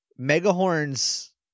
Megahorn's